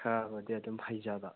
ꯈꯔꯕꯨꯗꯤ ꯑꯗꯨꯝ ꯍꯩꯖꯕ